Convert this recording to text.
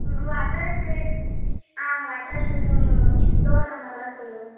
உங்கள் அட்ரெஸ்ஸு ஆ உங்கள் அட்ரெஸ் டோர் நம்பர் எல்லாம் சொல்லுங்கள்